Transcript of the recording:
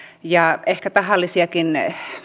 ja ehkä tahallisiakin